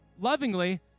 lovingly